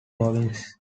province